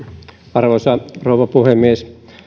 arvoisa rouva puhemies